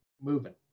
moving